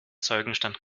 zeugenstand